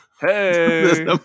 Hey